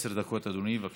עד עשר דקות, אדוני, בבקשה.